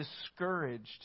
discouraged